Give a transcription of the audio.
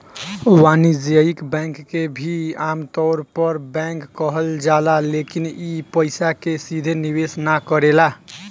वाणिज्यिक बैंक के भी आमतौर पर बैंक कहल जाला लेकिन इ पइसा के सीधे निवेश ना करेला